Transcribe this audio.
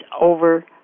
over